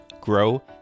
grow